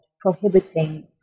prohibiting